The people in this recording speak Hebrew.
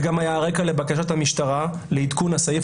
זה גם היה על הרקע לבקשת המשטרה לעדכון הסעיף,